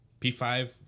P5